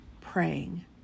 praying